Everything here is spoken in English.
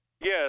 Yes